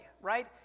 Right